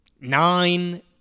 nine